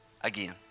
again